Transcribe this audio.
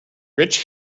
rich